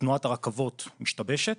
תנועת הרכבות משתבשת,